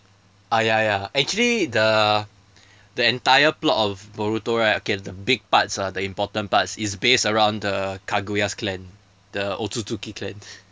ah ya ya actually the the entire plot of boruto right okay the big parts ah the important part is based around the kaguya's clan the otsutsuki clan